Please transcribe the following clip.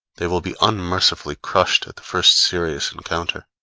they will be unmercifully crushed at the first serious encounter.